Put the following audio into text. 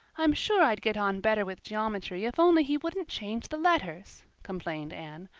i'm sure i'd get on better with geometry if only he wouldn't change the letters, complained anne.